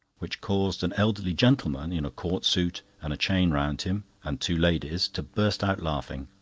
which caused an elderly gentleman, in a court-suit, and a chain round him, and two ladies, to burst out laughing.